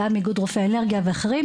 גם איגוד רופאי האנרגיה והאחרים,